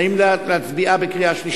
האם להצביע בקריאה שלישית?